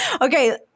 Okay